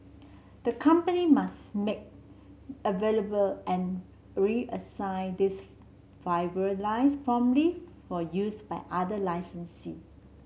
the company must make available and reassign these fibre lines promptly for use by other licensee